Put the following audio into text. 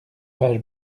page